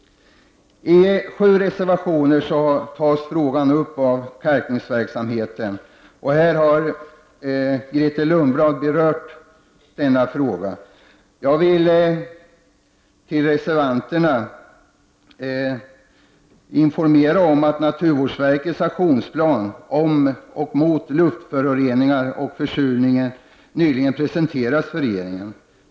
18 april 1990 I sju reservationer tas frågan om kalkningsverksamheten upp. Grethe Lundblad har berört denna fråga. Jag vill informera reservanterna om att naturvårdsverkets aktionsplan mot luftföroreningar och försurning nyligen presenterades för regeringen.